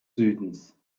südens